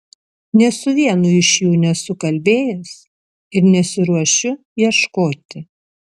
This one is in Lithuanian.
nė su vienu iš jų nesu kalbėjęs ir nesiruošiu ieškoti